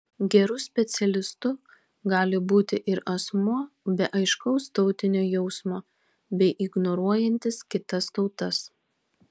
geru specialistu gali būti ir asmuo be aiškaus tautinio jausmo bei ignoruojantis kitas tautas